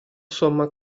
somma